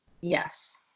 yes